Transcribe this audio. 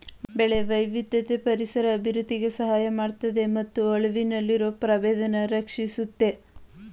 ಬೆಳೆ ವೈವಿಧ್ಯತೆ ಪರಿಸರ ಅಭಿವೃದ್ಧಿಗೆ ಸಹಾಯ ಮಾಡ್ತದೆ ಮತ್ತು ಅಳಿವಿನಲ್ಲಿರೊ ಪ್ರಭೇದನ ರಕ್ಷಿಸುತ್ತೆ